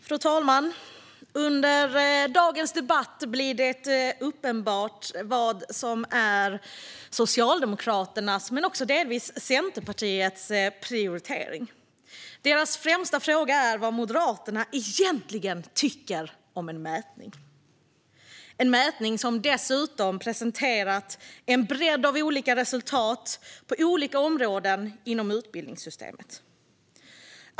Fru talman! Under dagens debatt blir det uppenbart vad som är Socialdemokraternas, men också delvis Centerpartiets, prioritering. Deras främsta fråga är vad Moderaterna egentligen tycker om en mätning - en mätning som dessutom har presenterat en bredd av olika resultat på olika områden inom utbildningssystemet.